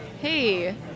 hey